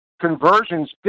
conversions